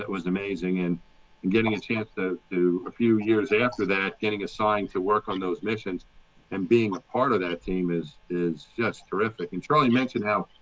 was amazing. and getting a chance to do a few years after that, getting assigned to work on those missions and being a part of that team is is just terrific. and charile mentioned how